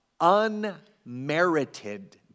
unmerited